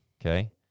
Okay